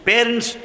Parents